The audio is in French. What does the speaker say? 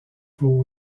pour